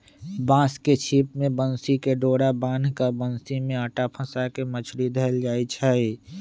बांस के छिप में बन्सी कें डोरा बान्ह् के बन्सि में अटा फसा के मछरि धएले जाइ छै